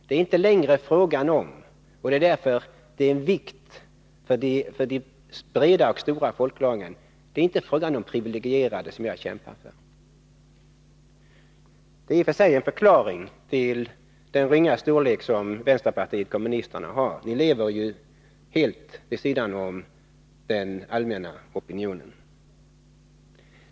Det är inte några privilegierade som jag kämpar för, utan frågan är av vikt för de stora breda folklagren. En förklaring till den ringa storlek som vänsterpartiet kommunisterna har, det är i och för sig att ni lever helt vid sidan om den allmänna opinionen.